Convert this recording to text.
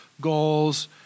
goals